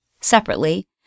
separately